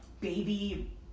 baby